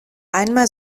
einmal